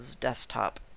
desktop